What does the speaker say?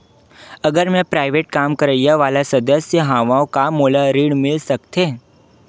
अगर मैं प्राइवेट काम करइया वाला सदस्य हावव का मोला ऋण मिल सकथे?